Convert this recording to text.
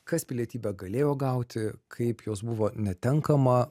kas pilietybę galėjo gauti kaip jos buvo netenkama